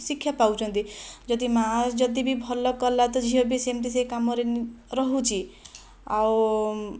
ଶିକ୍ଷା ପାଉଛନ୍ତି ଯଦି ମା' ଯଦିବି ଭଲ କଲା ତ ଝିଅ ବି ସେମିତି ସେହି କାମରେ ରହୁଛି ଆଉ